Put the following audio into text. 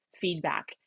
feedback